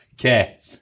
Okay